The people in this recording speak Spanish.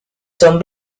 son